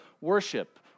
worship